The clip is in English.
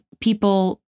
people